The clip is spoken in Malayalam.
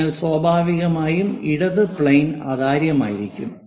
അതിനാൽ സ്വാഭാവികമായും ഇടത് പ്ലെയിൻ അതാര്യമായിരിക്കും